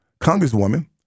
congresswoman